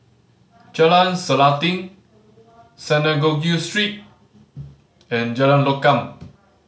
Jalan Selanting Synagogue Street and Jalan Lokam